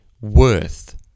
worth